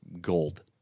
gold